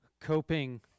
Coping